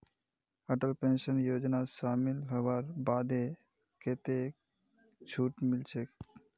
Atal pension योजनात शामिल हबार बादे कतेक छूट मिलछेक